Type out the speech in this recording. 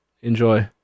Enjoy